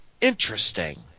Interesting